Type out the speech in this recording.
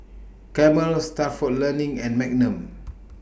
Camel Stalford Learning and Magnum